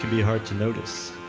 be hard to notice.